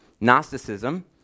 Gnosticism